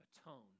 atone